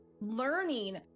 learning